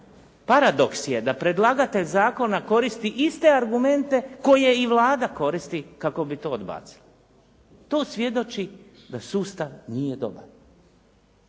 Paradoks je da predlagatelj zakona koristi iste argumente koje i Vlada koristi kako bi to odbacila. To svjedoči da sustav nije dobar.